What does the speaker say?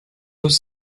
noz